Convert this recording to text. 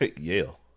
Yale